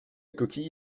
coquille